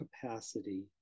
capacity